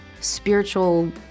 spiritual